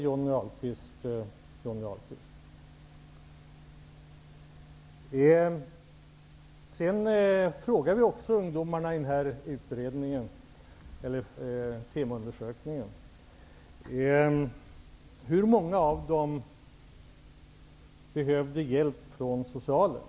Johnny Vi frågade i denna Temo-undersökning också ungdomarna hur många som behövde hjälp av socialen.